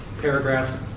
paragraphs